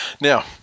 Now